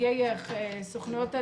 נציגי סוכנויות הנסיעות,